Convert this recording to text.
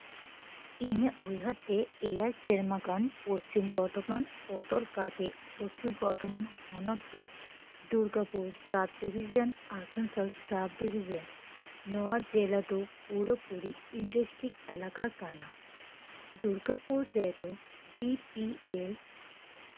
ᱤᱧᱟᱹᱜ ᱩᱭᱦᱟᱹᱨ ᱛᱮ ᱮᱭᱟᱭ ᱥᱮᱨᱢᱟ ᱜᱟᱱ ᱯᱚᱪᱷᱤᱢ ᱵᱚᱨᱫᱷᱚᱢᱟᱱ ᱵᱚᱫᱚᱞ ᱠᱟᱛᱮ ᱯᱚᱪᱷᱤᱢ ᱵᱚᱨᱫᱷᱚᱢᱟᱱ ᱦᱚᱱᱚᱛ ᱫᱚ ᱫᱩᱨᱜᱟᱯᱩᱨ ᱥᱟᱵᱼᱰᱤᱵᱷᱤᱥᱮᱱ ᱟᱥᱟᱱᱥᱳᱞ ᱥᱟᱵᱼᱰᱤᱵᱷᱤᱥᱮᱱ ᱱᱚᱣᱟ ᱡᱮᱞᱟ ᱫᱚ ᱯᱩᱨᱟᱹᱯᱩᱨᱤ ᱤᱱᱴᱟᱨᱮᱥᱴᱤᱠ ᱮᱞᱟᱠᱟ ᱠᱟᱱᱟ ᱫᱩᱨᱜᱟᱯᱩᱨ ᱨᱮᱫᱚ ᱰᱤ ᱯᱤ ᱮᱞ